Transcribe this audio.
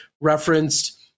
referenced